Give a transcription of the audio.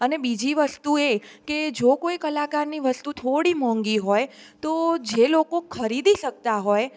અને બીજી વસ્તુ એ કે જો કોઈ કલાકારની વસ્તુ થોડી મોંઘી હોય તો જે લોકો ખરીદી શકતા હોય